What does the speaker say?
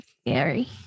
scary